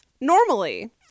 Normally